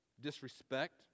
disrespect